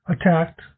attacked